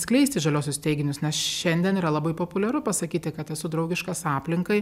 skleisti žaliuosius teiginius nes šiandien yra labai populiaru pasakyti kad esu draugiškas aplinkai